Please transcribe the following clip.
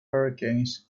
hurricanes